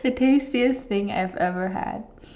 the tastiest thing I've ever had